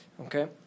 Okay